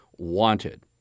Wanted